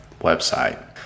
website